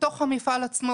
בתוך המפעל עצמו.